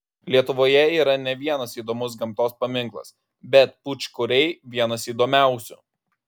lietuvoje yra ne vienas įdomus gamtos paminklas bet pūčkoriai vienas įdomiausių